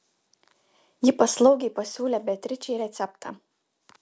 ji paslaugiai pasiūlė beatričei receptą